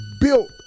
built